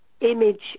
image